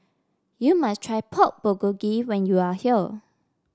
you must try Pork Bulgogi when you are here